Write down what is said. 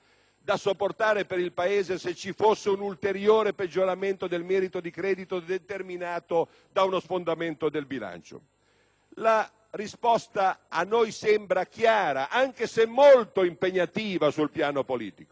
da sopportare per il Paese se ci fosse un ulteriore peggioramento del merito di credito determinato da uno sfondamento del bilancio. La risposta a noi sembra chiara, anche se molto impegnativa sul piano politico.